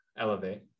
Elevate